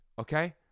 okay